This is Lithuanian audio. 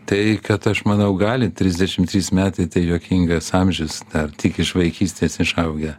tai kad aš manau gali trisdešim trys metai tai juokingas amžius dar tik iš vaikystės išaugę